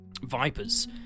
vipers